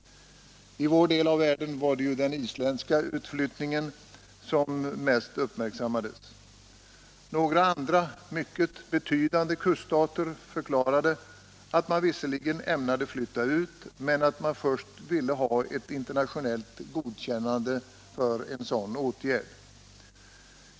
I vår del av världen var ju den isländska utflyttningen den mest uppmärksammade. Några andra mycket betydande kuststater förklarade att man visserligen ämnade flytta ut men att man först ville ha ett internationellt godkännande för en sådan åtgärd.